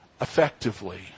effectively